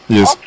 Yes